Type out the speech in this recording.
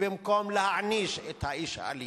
במקום להעניש את האיש האלים,